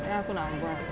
then aku nak buat rambut